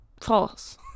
false